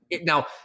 Now